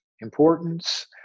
importance